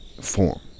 form